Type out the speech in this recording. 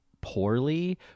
poorly